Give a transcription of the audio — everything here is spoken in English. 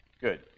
Good